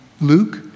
luke